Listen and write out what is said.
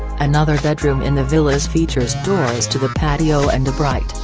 another bedroom in the villas features doors to the patio and a bright,